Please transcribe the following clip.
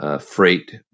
freight